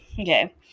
Okay